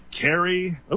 carry